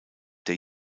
der